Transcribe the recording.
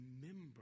remember